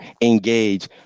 engage